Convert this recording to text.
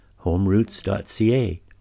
homeroots.ca